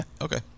Okay